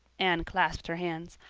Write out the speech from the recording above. anne clasped her hands.